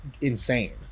insane